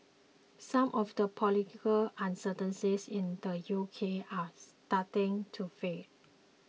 some of the political uncertainties in the U K are starting to fade